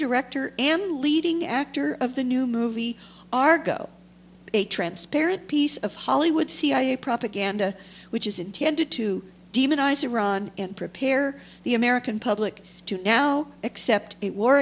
director am leading actor of the new movie argo a transparent piece of hollywood cia propaganda which is intended to demonize iran and prepare the american public to now except it war